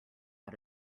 out